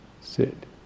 sit